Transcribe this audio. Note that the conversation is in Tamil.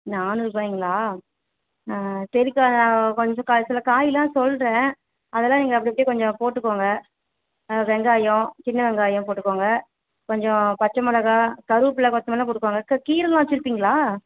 நானூறு ரூபாய்ங்களா சரிக்கா நான் கொஞ்சம் காய் சில காயெல்லாம் சொல்கிறேன் அதெல்லாம் நீங்கள் அப்படி அப்படியே கொஞ்சம் போட்டுக்கங்க வெங்காயம் சின்ன வெங்காயம் போட்டுக்கங்க கொஞ்சம் பச்சை மிளகா கருவேப்பில்ல கொத்தமல்லிலாம் போட்டுக்கங்க அக்கா கீரைல்லாம் வைச்சிருப்பிங்களா